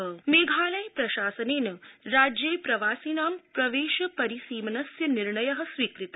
मेघालय मेघालय प्रशासनेन राज्ये प्रवासिणा प्रवेश परिसीमनस्य निर्णयः स्वीकृतः